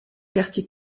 quartier